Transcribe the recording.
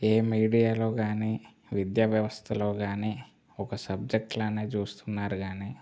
ఏ మీడియాలో కాని విద్యా వ్యవస్థలో కాని ఒక సబ్జెక్టులానే చూస్తున్నారు కాని